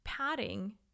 Padding